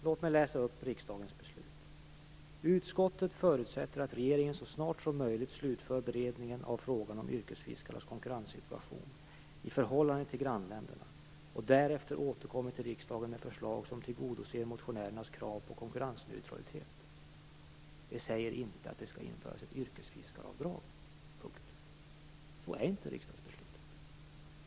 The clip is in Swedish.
Låt mig läsa upp riksdagens beslut: "Utskottet förutsätter att regeringen så snart som möjligt slutför beredningen av frågan om yrkesfiskarnas konkurrenssituation i förhållande till grannländerna och därefter återkommer till riksdagen med förslag som tillgodoser motionärernas krav på konkurrensneutralitet." Det säger inte att det skall införas ett yrkesfiskaravdrag. Punkt. Så är inte riksdagsbeslutet.